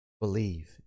Believe